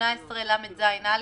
בסעיף 18לז(א),